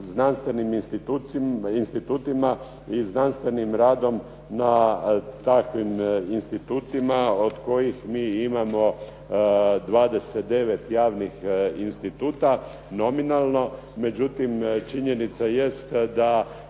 i znanstvenim radom na takvim institutima od kojih mi imamo 29 javnih instituta nominalno.